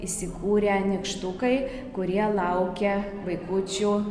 įsikūrę nykštukai kurie laukia vaikučių